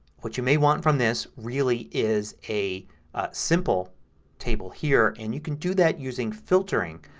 what you may want from this really is a simple table here. and you can do that using filtering.